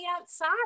outside